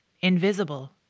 Invisible